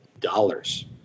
dollars